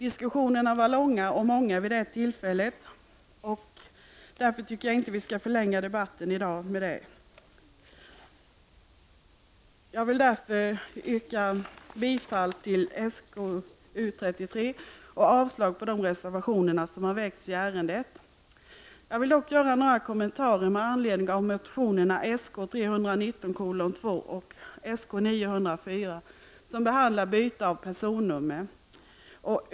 I samband med beslutet fördes många och långa diskussioner, och jag tycker inte att vi i dag skall förlänga debatten med en ytterligare diskussion. Jag yrkar bifall till skatteutskottets hemställan i utskottets betänkande SkU33 och avslag på de reservationer som har väckts i ärendet. Jag vill dock göra några kommentarer med anledning av motionerna Sk319 yrkande 2 och Sk904, vilka behandlar byte av personnummer.